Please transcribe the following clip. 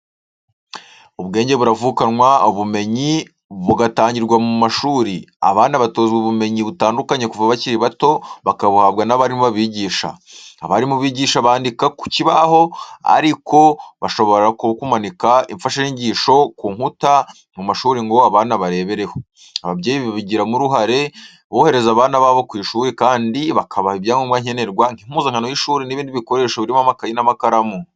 Ubwenge buravukanwa, ubumenyi bugatangirwa mu mashuri. Abana batozwa ubumenyi butandukanye kuva bakiri bato, bakabuhabwa n'abarimu babigisha. Abarimu bigisha bandika ku kibaho, ariko bashobora no kumanika imfashanyigisho ku nkuta mu ishuri ngo abana barebereho. Ababyeyi babigiramo uruhare bohereza abana babo ku ishuri kandi bakabaha ibyangombwa nkenerwa, nk'impuzankano y'ishuri n'ibindi bikoresho birimo amakayi n'amakaramu.